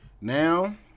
Now